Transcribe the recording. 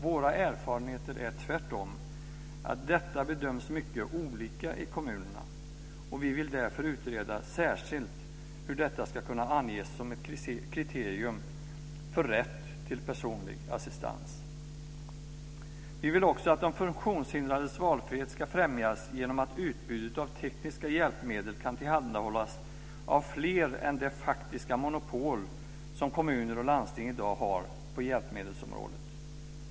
Våra erfarenheter är tvärtom att detta bedöms mycket olika i kommunerna och vill därför utreda hur det särskilt ska anges som ett kriterium för rätt till personlig assistans. Vi vill också att de funktionshindrades valfrihet ska främjas genom att utbudet av tekniska hjälpmedel kan tillhandahållas av fler än det faktiska monopol som kommuner och landsting i dag har på hjälpmedelsområdet.